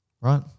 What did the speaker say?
Right